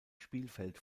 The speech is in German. spielfeld